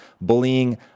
bullying